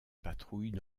patrouille